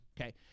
Okay